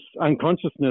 unconsciousness